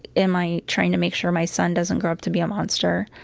am i trying to make sure my son doesn't grow up to be a monster,